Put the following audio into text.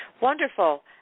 Wonderful